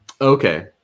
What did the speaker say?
Okay